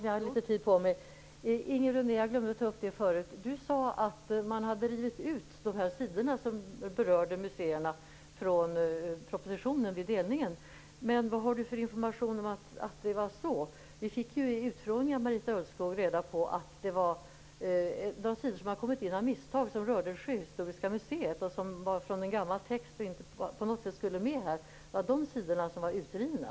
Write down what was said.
Jag glömde tidigare att ta upp det som Inger René sade om att man vid delningen hade rivit ut de sidor som berörde museerna ur propositionen. Vilken information har Inger René om att det var så? Vi fick ju vid utfrågningen av Marita Ulvskog reda på att det var sidor från en gammal text som kommit in av misstag. De rörde Sjöhistoriska museet och skulle inte på något sätt vara med här. Det var de sidorna som var utrivna.